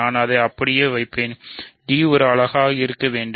நான் அதை அப்படியே வைப்பேன் d ஒரு அலகாக இருக்க வேண்டும்